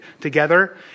together